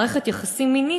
מערכת יחסים מינית,